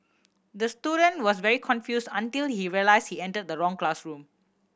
the student was very confused until he realised he entered the wrong classroom